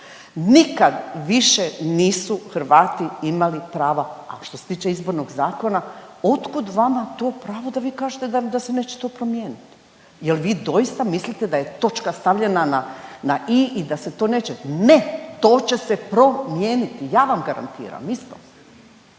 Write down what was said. nikad više nisu Hrvati imali prava. A što se tiče Izbornog zakona otkud vama to pravo to pravo da se neće to promijeniti. Jel vi doista mislite da je točka stavljena na „i“ i da se to neće, ne, to će se promijeniti ja vam garantiram isto.